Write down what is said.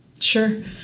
Sure